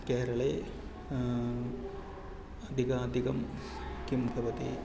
केरळे अधिकाधिकं किं भवति